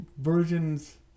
versions